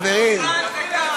הערבים,